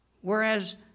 Whereas